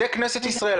זו כנסת ישראל,